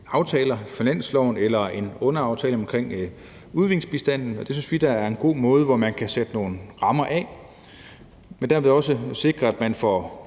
finansloven eller i underaftaler om udviklingsbistanden. Det synes vi da er en god måde, hvor man kan sætte nogle rammer for det og derved også sikre, at man får